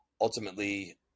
ultimately